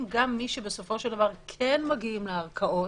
גם מי שבסופו של דבר כן מגיעים לערכאות,